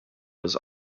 was